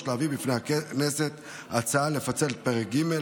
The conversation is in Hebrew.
להביא בפני הכנסת הצעה לפצל את פרק כ"ג,